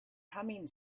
humming